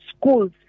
schools